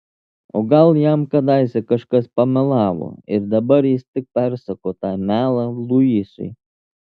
o gal jam kadaise kažkas pamelavo ir dabar jis tik persako tą melą luisui